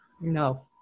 No